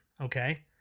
Okay